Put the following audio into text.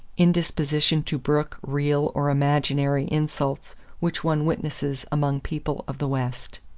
indisposition to brook real or imaginary insults which one witnesses among people of the west.